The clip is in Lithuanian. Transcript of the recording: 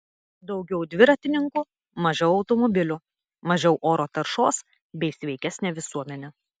daugiau dviratininkų mažiau automobilių mažiau oro taršos bei sveikesnė visuomenė